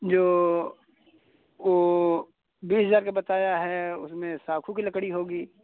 जो वो बीस हजार का बताया है उसमे साखू की लकड़ी होगी